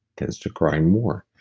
tends to cry more,